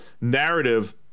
narrative